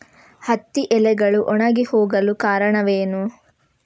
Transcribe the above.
ಹತ್ತಿ ಎಲೆಗಳು ಒಣಗಿ ಹೋಗಲು ಕಾರಣವೇನು?